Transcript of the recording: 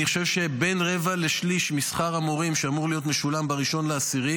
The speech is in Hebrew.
אני חושב שבין רבע לשליש משכר המורים שאמור להיות משולם ב-1 באוקטובר,